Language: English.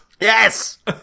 Yes